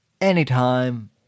anytime